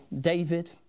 David